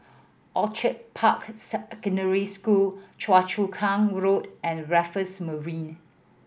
Orchid Park Secondary School Choa Chu Kang Road and Raffles Marina